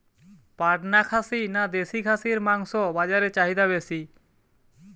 পাটনা খাসি না দেশী খাসির মাংস বাজারে চাহিদা বেশি?